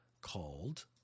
called